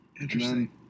Interesting